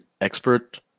expert